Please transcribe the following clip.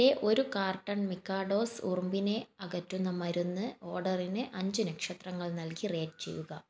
പതിനഞ്ച് ടു പതിനേഴ് വയസ്സ് പ്രായത്തിലുള്ളവർക്കായി കോവാക്സിൻ്റെ ആദ്യ ഡോസ് നൽകുന്ന എല്ലാ സൗജന്യ വാക്സിനേഷൻ സെൻ്ററുകളും ലിസ്റ്റ് ചെയ്യുക